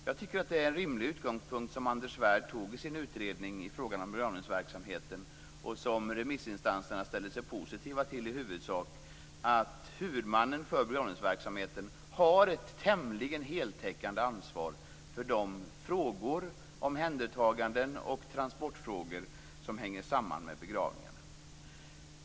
Jag tycker att Anders Svärds utgångspunkt i utredningen i fråga om begravningsverksamheten, och som remissinstanserna i huvudsak ställde sig positiva till, nämligen att huvudmannen för begravningsverksamheten har ett tämligen heltäckande ansvar för de frågor, omhändertaganden och transportfrågor som hänger samman med begravningarna, är rimlig.